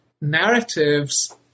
narratives